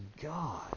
God